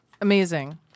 Amazing